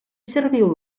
serviu